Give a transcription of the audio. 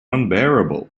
unbearable